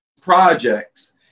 projects